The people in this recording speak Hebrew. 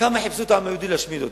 כמה חיפשו את העם היהודי להשמיד אותו.